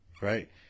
Right